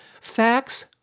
facts